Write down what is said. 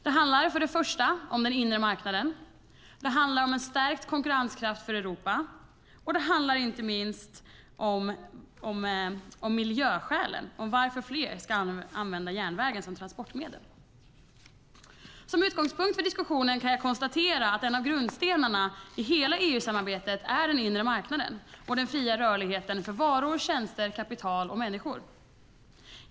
Det handlar för det första om den inre marknaden, det handlar för det andra om stärkt konkurrenskraft för Europa och det handlar för det tredje inte minst om miljöskälen, om varför fler ska använda järnvägen som transportmedel. Som utgångspunkt för diskussionen - det första skälet - kan jag konstatera att en av grundstenarna i hela EU-samarbetet är den inre marknaden och den fria rörligheten för varor, tjänster, kapital och människor.